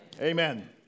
Amen